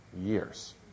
years